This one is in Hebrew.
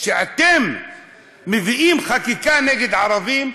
כשאתם מביאים חקיקה נגד ערבים,